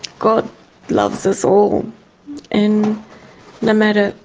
god loves us all and no matter,